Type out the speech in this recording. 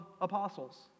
apostles